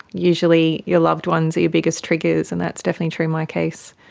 usually your loved ones are your biggest triggers and that's definitely true in my case.